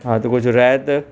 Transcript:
हा त कुझु रिहायत